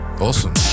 Awesome